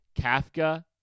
Kafka